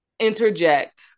Interject